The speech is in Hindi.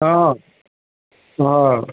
हाँ हाँ